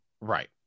Right